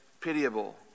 pitiable